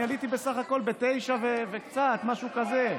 אני עליתי בסך הכול ב-21:00 וקצת, משהו כזה.